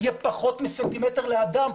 יהיה פחות מסנטימטר לאדם.